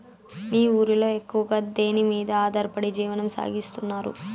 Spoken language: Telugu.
మీ ఊరిలో ఎక్కువగా దేనిమీద ఆధారపడి జీవనం సాగిస్తున్నారు?